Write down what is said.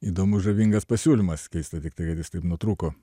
įdomus žavingas pasiūlymas keista tiktai kad jis taip nutrūko